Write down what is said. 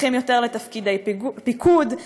הולכים יותר לתפקידי פיקוד,